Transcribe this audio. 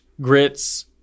grits